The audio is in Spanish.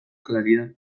claridad